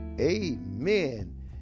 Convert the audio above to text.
Amen